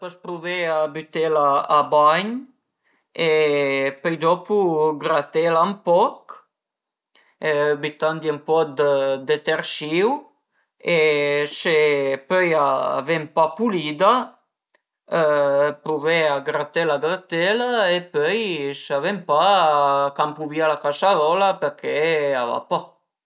Pös pruvé a bütela a bagn e pöi dopu gratela ën poch bütandie ën poch dë detersìu e se pöi a ven pa pulida pruvé a gratela gratela e pöi s'a ven pa campu via la casarola përché a va pa